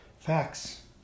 Facts